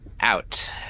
out